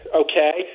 okay